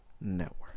network